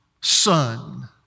son